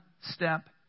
step